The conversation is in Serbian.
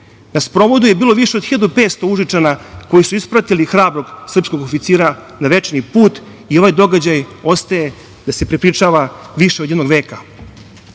Na sprovodu je bilo više 1.500 Užičana koji su ispratili hrabrog srpskog oficira na večni put i ovaj događaj ostaje da se prepričava više od jednog veka. Drugi